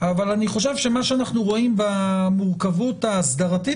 אבל אני חושב שמה שאנחנו רואים במורכבות ההסדרתית